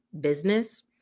business